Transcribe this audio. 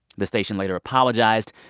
the station later apologized.